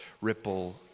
ripple